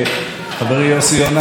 כל החוק הזה לא מעניין אותה.